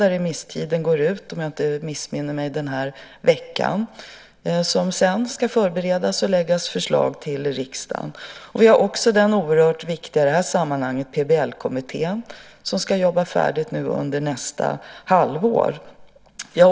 Där går remisstiden ut den här veckan, om jag inte missminner mig. Ärendet ska sedan förberedas och förslag läggas fram för riksdagen. Vi har också den i detta sammanhang oerhört viktiga PBL-kommittén, som ska vara färdig under nästa halvår.